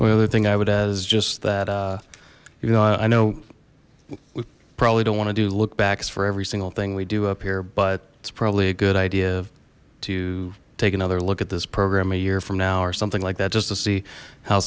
other thing i would add is just that uh you know i know we probably don't want to do look backs for every single thing we do up here but it's probably a good idea to take another look at this program a year from now or something like that just to see how